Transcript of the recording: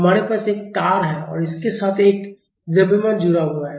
हमारे पास एक तार है और इसके साथ एक द्रव्यमान जुड़ा हुआ है